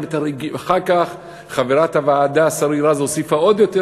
אחר כך חברת הוועדה שרי רז הוסיפה עוד יותר,